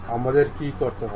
আমাদের কি করতে হবে